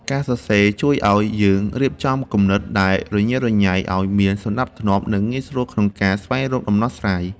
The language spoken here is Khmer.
ការសរសេរជួយឱ្យយើងរៀបចំគំនិតដែលរញ៉េរញ៉ៃឱ្យមានសណ្ដាប់ធ្នាប់ និងងាយស្រួលក្នុងការស្វែងរកដំណោះស្រាយ។